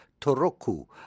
Toroku